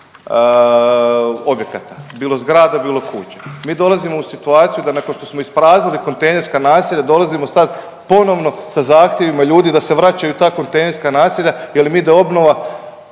objekata. Bilo zgrada, bilo kuća. Mi dolazimo u situaciju da nakon što smo ispraznili kontejnerska naselja, dolazimo sad ponovno sa zahtjevima ljudi da se vraćaju u ta kontejnerska naselja jer im ide obnova,